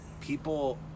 people